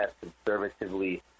conservatively